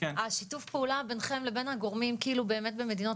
השיתוף פעולה בינכם לבין הגורמים באמת במדינות